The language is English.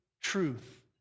truth